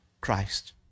christ